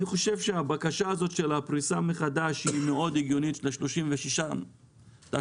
אני חושב שהבקשה הזאת של הפריסה מחדש מאוד הגיונית ל-36 תשלומים.